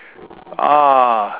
ah